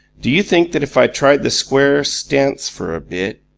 do you think that if i tried the square stance for a bit.